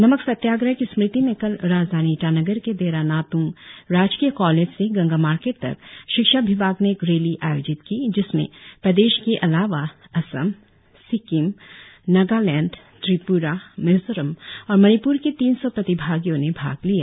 नमक सत्याग्रह की स्मृति में कल राजधानी ईटानगर के देरा नात्ंग राजकीय कॉलेज से गंगा मार्केट तक शिक्षा विभाग ने एक रैली आयोजित की जिसमें प्रदेश के अलावा असम सिक्किम नागालैंड त्रिप्रा मिजोरम और मणिप्र के तीन सौ प्रतिभागियों ने भाग लिया